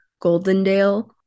Goldendale